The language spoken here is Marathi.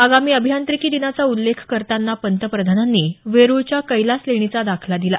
आगामी अभियांत्रिकी दिनाचा उल्लेख करताना पंतप्रधानांनी वेरुळच्या कैलास लेणीचा दाखला दिला